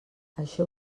això